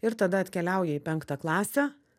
ir tada atkeliauja į penktą klasę